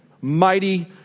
Mighty